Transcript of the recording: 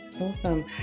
Awesome